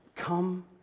Come